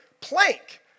plank